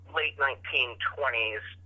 late-1920s